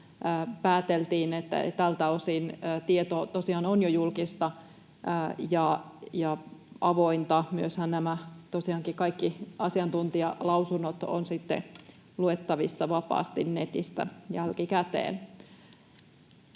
pääteltiin, että tältä osin tieto tosiaan on jo julkista ja avointa. Myös tosiaankin nämä kaikki asiantuntijalausunnothan ovat sitten luettavissa vapaasti netistä jälkikäteen.